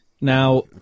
Now